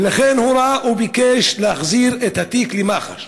ולכן הוא ביקש להחזיר את התיק למח"ש.